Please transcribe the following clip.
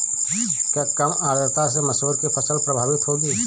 क्या कम आर्द्रता से मसूर की फसल प्रभावित होगी?